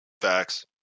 Facts